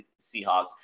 seahawks